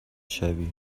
شوی